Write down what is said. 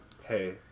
Hey